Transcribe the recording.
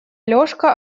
алешка